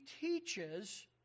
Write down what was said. teaches